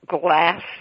glass